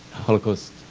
holocaust